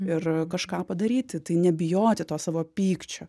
ir kažką padaryti tai nebijoti to savo pykčio